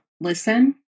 listen